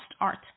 art